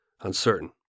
uncertain